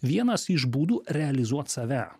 vienas iš būdų realizuot save